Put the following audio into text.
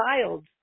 child